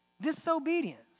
disobedience